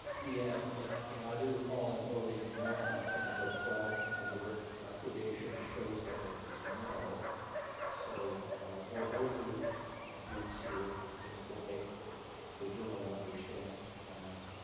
he had and i and i do recall in voting no on senate bill twelve the recordation shows that it is no so what we'll do ah boots here is will make the journal understand that